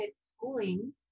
schooling